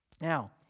Now